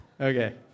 Okay